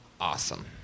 Awesome